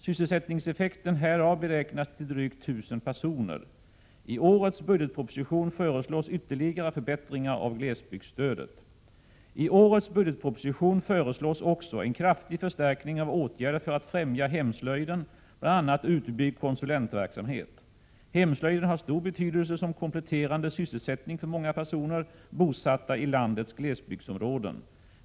Sysselsättningseffekten härav beräknas till drygt 1000 personer. I årets budgetproposition föreslås ytterligare förbättringar av glesbygdsstödet. I årets budgetproposition föreslås också en kraftig förstärkning av åtgärder för att främja hemslöjden, bl.a. utbyggd konsulentverksamhet. Hemslöjden har stor betydelse som kompletterande sysselsättning för många personer bosatta i landets glesbygdsområden.